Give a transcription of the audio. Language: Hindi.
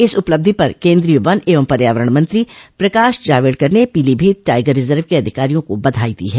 इस उपलब्धि पर केंद्रीय वन एवं पर्यावरण मंत्री प्रकाश जावेडकर ने पीलीभीत टाइगर रिजर्व के अधिकारियों को बधाई दी है